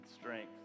strength